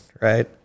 right